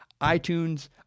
iTunes